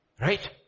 Right